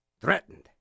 threatened